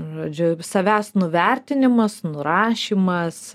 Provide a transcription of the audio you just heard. žodžiu savęs nuvertinimas nurašymas